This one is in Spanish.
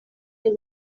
del